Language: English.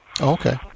Okay